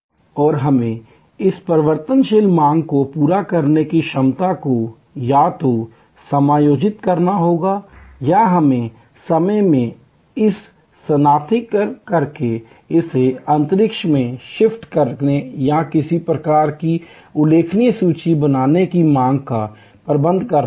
और हमें इस परिवर्तनशील मांग को पूरा करने की क्षमता को या तो समायोजित करना होगा या हमें समय में इसे स्थानांतरित करके इसे अंतरिक्ष में शिफ्ट करने या किसी प्रकार की उल्लेखनीय सूची बनाने की मांग का प्रबंधन करना होगा